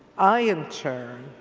i in turn,